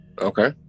Okay